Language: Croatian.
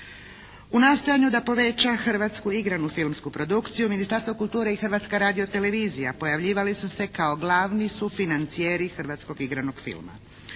U nastojanju da poveća hrvatsku igranu filmsku produkciju Ministarstvo kulture i Hrvatska radiotelevizija pojavljivale su se kao glavni sufinancijeri hrvatskog igranog filma.